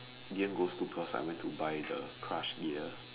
didn't go school because I went to buy the crush gear